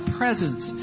presence